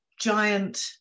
giant